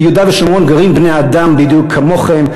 ביהודה ושומרון גרים בני-אדם בדיוק כמוכם.